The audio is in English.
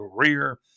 career